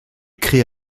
crée